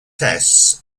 tests